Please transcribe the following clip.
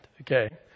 Okay